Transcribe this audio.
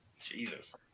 Jesus